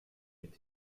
mit